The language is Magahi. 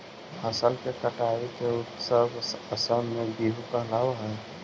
फसल के कटाई के उत्सव असम में बीहू कहलावऽ हइ